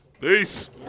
Peace